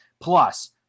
Plus